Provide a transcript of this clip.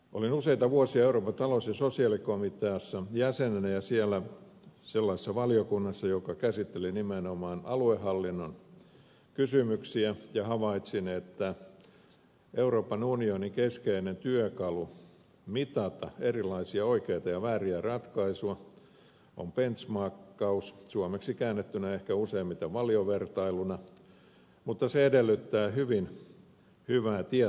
olin useita vuosia euroopan talous ja sosiaalikomiteassa jäsenenä ja siellä sellaisessa valiokunnassa joka käsitteli nimenomaan aluehallinnon kysymyksiä ja havaitsin että euroopan unionin keskeinen työkalu mitata erilaisia oikeita ja vääriä ratkaisuja on benchmarkkaus joka suomeksi käännetään ehkä useimmiten valiovertailuksi mutta se edellyttää hyvin hyvää tietopohjaa